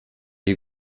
you